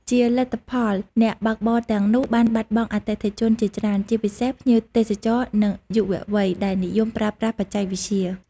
ជាលទ្ធផល អ្នកបើកបរទាំងនោះបានបាត់បង់អតិថិជនជាច្រើន ជាពិសេសភ្ញៀវទេសចរ និងយុវវ័យ ដែលនិយមប្រើប្រាស់បច្ចេកវិទ្យា។